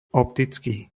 optický